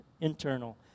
internal